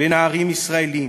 ונערים ישראלים.